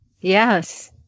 Yes